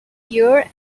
year